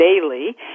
daily